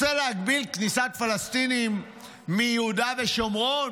רוצה להגביל כניסת פלסטינים מיהודה ושומרון,